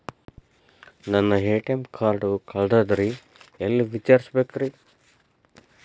ನನ್ನ ATM card ಕಳದದ್ರಿ ಎಲ್ಲಿ ವಿಚಾರಿಸ್ಬೇಕ್ರಿ?